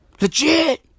Legit